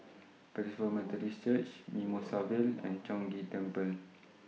Pentecost Methodist Church Mimosa Vale and Chong Ghee Temple